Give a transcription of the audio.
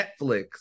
Netflix